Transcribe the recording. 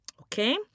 Okay